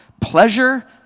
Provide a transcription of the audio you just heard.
pleasure